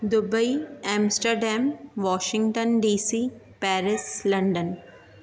Dubai Amsterdam Washington DC Paris London